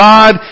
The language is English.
God